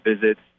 visits